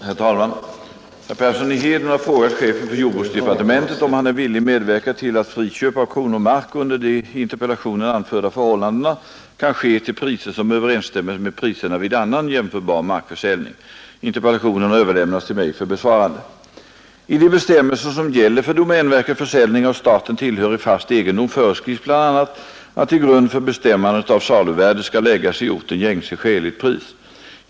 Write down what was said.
Herr talman! Herr Persson i Heden har frågat chefen för jordbruksdepartementet om han är villig medverka till att friköp av kronomark under de i interpellationen anförda förhållandena kan ske till priser som överensstämmer med priserna vid annan jämförbar markförsäljning. Interpellationen har överlämnats till mig för besvarande. I de bestämmelser som gäller för domänverkets försäljning av staten tillhörig fast egendom föreskrivs bl.a. att till grund för bestämmandet av saluvärdet skall läggas i orten gängse skäligt pris.